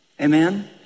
Amen